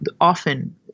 often